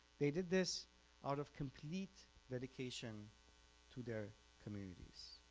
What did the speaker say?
they did this out of complete dedication to their communities.